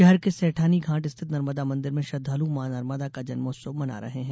शहर के संठानी घाट स्थित नर्मदा मंदिर में श्रद्वालु मां नर्मदा का जन्मोत्सव मना रहे हैं